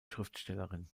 schriftstellerin